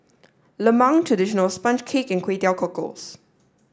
Lemang Traditional Sponge Cake and Kway Teow Cockles